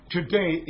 Today